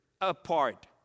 apart